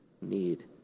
need